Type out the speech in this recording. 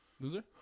Loser